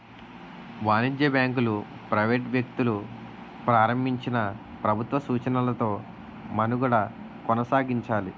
వాణిజ్య బ్యాంకులు ప్రైవేట్ వ్యక్తులు ప్రారంభించినా ప్రభుత్వ సూచనలతో మనుగడ కొనసాగించాలి